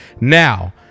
Now